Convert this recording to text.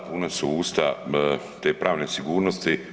Da puna su usta te pravne sigurnosti.